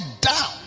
down